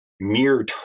mere